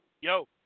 Yo